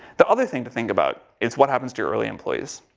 the other thing to think about is what happens to your early employees.